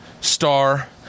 star